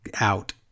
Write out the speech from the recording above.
out